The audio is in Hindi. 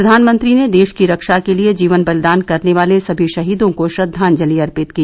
प्रधानमंत्री ने देश की रक्षा के लिए जीवन बलिदान करने वाले सभी शहीदों को श्रद्धांजलि अर्पित की